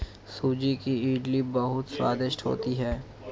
सूजी की इडली बहुत स्वादिष्ट होती है